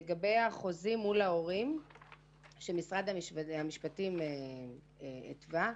לגבי החוזים מול ההורים שמשרד המשפטים גורם לקושי להתנהל מול הורים.